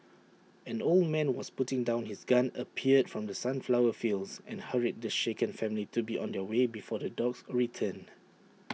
an old man was putting down his gun appeared from the sunflower fields and hurried the shaken family to be on their way before the dogs return